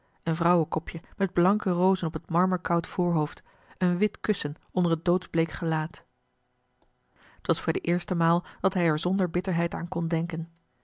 een vrouwenkopje met blanke rozen op t marmerkoud voorhoofd een wit kussen onder het doodsbleek gelaat t was voor de eerste maal dat hij er zonder bitterheid aan kon denken